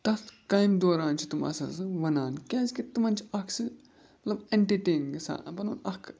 تَتھ کامہِ دوران چھِ تِم آسان سُہ وَنان کیٛازکہِ تِمَن چھِ اَکھ سُہ مطلب اٮ۪نٹَرٹین گژھان پَنُن اَکھ